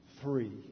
three